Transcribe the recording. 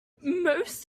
most